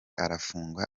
arafungwa